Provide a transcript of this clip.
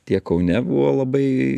tiek kaune buvo labai